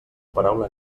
paraula